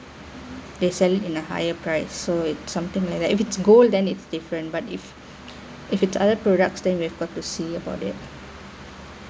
they sell it in a higher price so it's something like that if it's gold then it's different but if if it's other products then we've about to see about it